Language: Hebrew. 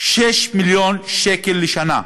6 מיליון שקל לשנה.